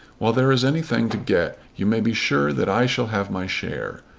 while there is anything to get you may be sure that i shall have my share.